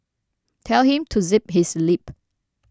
tell him to zip his lip